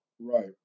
right